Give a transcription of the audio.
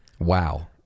Wow